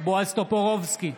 בועז טופורובסקי,